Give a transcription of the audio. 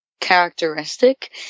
characteristic